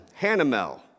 Hanamel